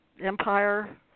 Empire